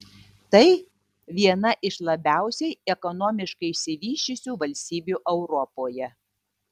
tai viena iš labiausiai ekonomiškai išsivysčiusių valstybių europoje